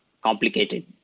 complicated